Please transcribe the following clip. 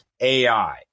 AI